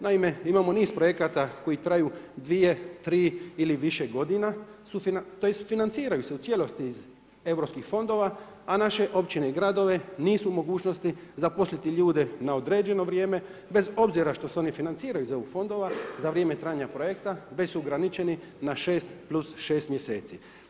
Naime, imamo niz projekata koji traju dvije, tri ili više godina, tj. financiraju se u cijelosti iz europskih fondova, a naše općine i gradovi nisu u mogućnosti zaposliti ljude na određeno vrijeme bez obzira što se oni financiraju iz EU fondova za vrijeme trajanja projekta već su ograničeni na šest plus šest mjeseci.